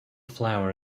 flower